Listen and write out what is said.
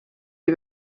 die